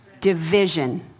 Division